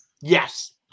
yes